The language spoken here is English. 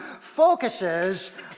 focuses